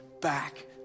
back